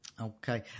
Okay